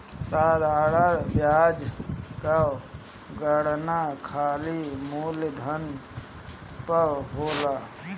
साधारण बियाज कअ गणना खाली मूलधन पअ होला